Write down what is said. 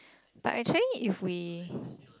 but actually if we